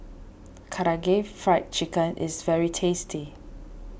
Karaage Fried Chicken is very tasty